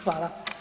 Hvala.